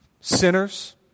sinners